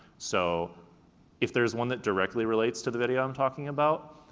so if there's one that directly relates to the video i'm talking about,